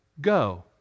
Go